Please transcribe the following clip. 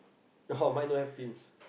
oh mine don't have pins